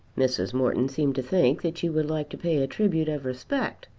mrs. morton seemed to think that you would like to pay a tribute of respect,